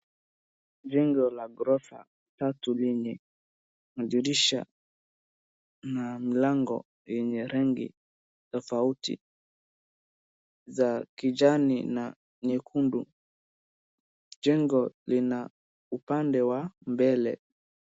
Jengo la ghorofa tatu lenye madirisha na mlango lenye rangi tofauti za kijani na nyekundu, jengo ina upande wa mbele.